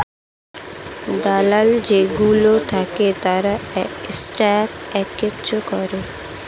দালাল যেই গুলো থাকে তারা স্টক এক্সচেঞ্জ করে